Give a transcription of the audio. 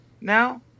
now